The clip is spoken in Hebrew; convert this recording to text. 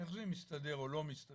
איך זה מסתדר או לא מסתדר?